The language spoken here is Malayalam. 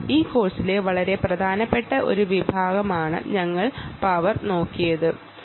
ഈ കോഴ്സിലെ വളരെ പ്രധാനപ്പെട്ട ഒരു വിഭാഗമാണ് ഞങ്ങൾ നോക്കിയ പവർ